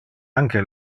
anque